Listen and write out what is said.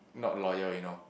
not loyal you know